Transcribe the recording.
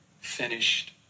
finished